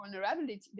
vulnerability